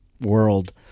world